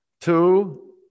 Two